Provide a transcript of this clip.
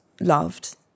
loved